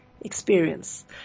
experience